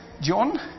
John